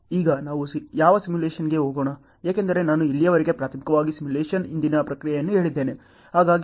ಈಗ ನಾವು ಯಾವ ಸಿಮ್ಯುಲೇಶನ್ಗೆ ಹೋಗೋಣ ಏಕೆಂದರೆ ನಾನು ಇಲ್ಲಿಯವರೆಗೆ ಪ್ರಾಥಮಿಕವಾಗಿ ಸಿಮ್ಯುಲೇಶನ್ನ ಹಿಂದಿನ ಪ್ರಕ್ರಿಯೆಯನ್ನು ಹೇಳಿದ್ದೇನೆ